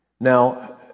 Now